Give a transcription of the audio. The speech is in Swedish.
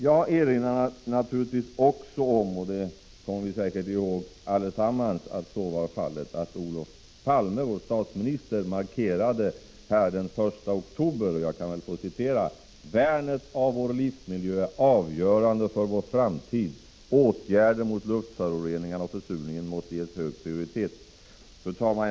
Jag vill också erinra om — det kommer vi säkert ihåg allesammans — att Olof Palme, vår statsminister, här i kammaren den 1 oktober markerade: ”Värnet av vår livsmiljö är avgörande för vår framtid. Åtgärder mot luftföroreningarna och försurningen måste ges hög prioritet.” Fru talman!